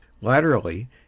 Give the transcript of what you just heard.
Laterally